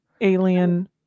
alien